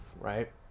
right